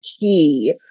key